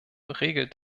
regelt